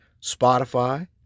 Spotify